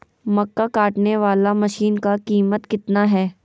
मक्का कटने बाला मसीन का कीमत कितना है?